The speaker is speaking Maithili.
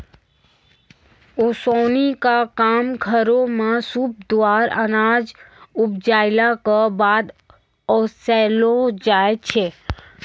ओसौनी क काम घरो म सूप द्वारा अनाज उपजाइला कॅ बाद ओसैलो जाय छै?